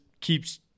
keeps